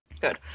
good